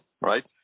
right